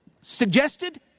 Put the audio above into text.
suggested